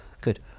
good